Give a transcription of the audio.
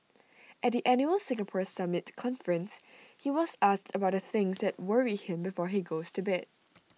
at the annual Singapore summit conference he was asked about the things that worry him before he goes to bed